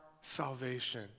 salvation